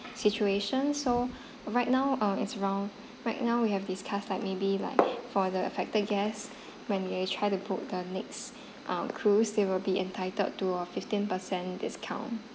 situation so right now uh it's around right now we have discussed like maybe like for the affected guests when they try to book the next um cruise they will be entitled to a fifteen percent discount